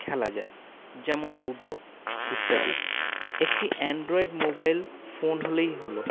খেলা যায় যেমন লুডো ইত্যাদি একটিও অ্যানড্রয়েড মোবাইল ফোন হলেই হল